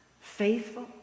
faithful